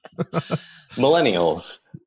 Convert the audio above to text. Millennials